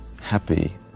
happy